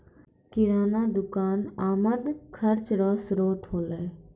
किराना दुकान आमद खर्चा रो श्रोत होलै